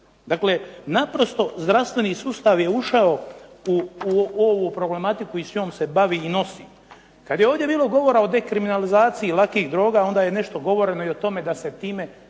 Dakle, naprosto zdravstveni sustav je ušao u ovu problematiku i s njom se bavi i nosi. Kad je ovdje bilo govora o dekriminalizaciji lakih droga onda je nešto govoreno i o tome da se time